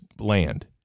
land